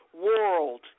world